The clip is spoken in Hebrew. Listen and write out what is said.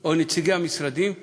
או נציגי המשרדים ואומרים: